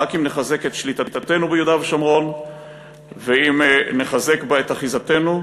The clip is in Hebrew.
רק אם נחזק את שליטתנו ביהודה ושומרון ואם נחזק בה את אחיזתנו.